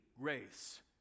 grace